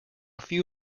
few